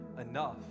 enough